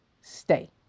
stay